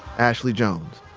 ashley jones,